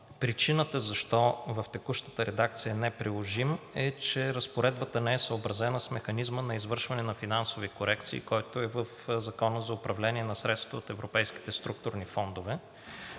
Причината защо в текущата редакция е неприложим е, че разпоредбата не е съобразена с механизма на извършване на финансови корекции, който е в Закона за управление на средствата от Европейските структурни фондове.